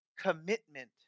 commitment